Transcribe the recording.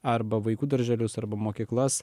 arba vaikų darželius arba mokyklas